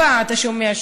בצבא אתה שומע,